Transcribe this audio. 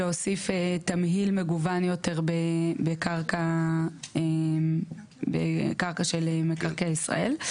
להוסיף תמהיל מגוון יותר בקרקע של מקרקעי ישראל.